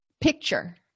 picture